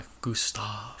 Gustav